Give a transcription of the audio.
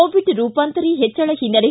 Covid ರೂಪಾಂತರಿ ಹೆಚ್ಚಳ ಹಿನ್ನೆಲೆ